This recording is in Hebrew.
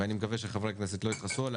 ואני מקווה שחברי הכנסת לא יכעסו עלי,